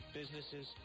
businesses